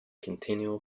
continual